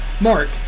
Mark